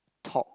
talk